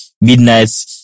Midnight